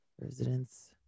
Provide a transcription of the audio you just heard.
Residents